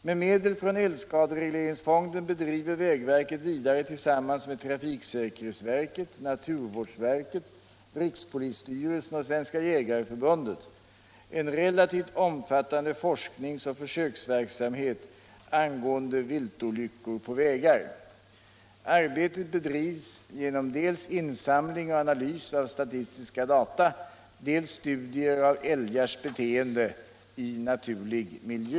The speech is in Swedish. Med medel från älgskaderegleringsfonden bedriver vägverket vidare tillsammans med trafiksäkerhetsverket, naturvårdsverket, rikspolisstyrelsen och Svenska jägareförbundet en relativt omfattande forskningsoch försöksverksamhet angående viltolyckor på vägar. Arbetet bedrivs genom dels insamling och analys av statistiska data, dels studier av älgars beteende i naturlig miljö.